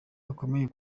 gakomeye